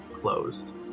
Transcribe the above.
closed